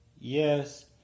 Yes